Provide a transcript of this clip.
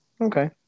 Okay